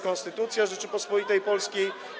Konstytucja Rzeczypospolitej Polskiej.